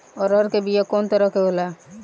अरहर के बिया कौ तरह के होला?